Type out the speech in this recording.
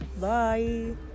Bye